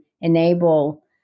enable